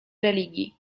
religii